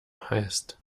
heißt